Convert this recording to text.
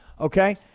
okay